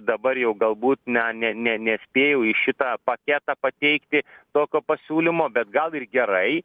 dabar jau galbūt ne ne ne nespėjau į šitą paketą pateikti tokio pasiūlymo bet gal ir gerai